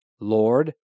Lord